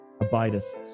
abideth